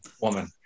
woman